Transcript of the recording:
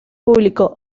público